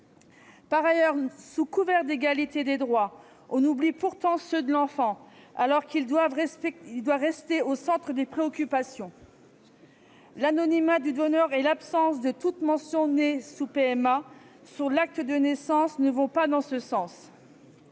Par ailleurs, sous couvert d'égalité des droits, on oublie pourtant ceux de l'enfant, alors qu'il doit rester au centre des préoccupations. L'anonymat du donneur et l'absence de toute mention « né sous PMA » sur l'acte de naissance ne vont pas dans ce sens.